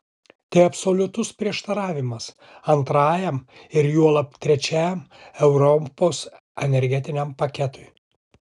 tai absoliutus prieštaravimas antrajam ir juolab trečiajam europos energetiniam paketui